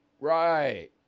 Right